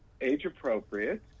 age-appropriate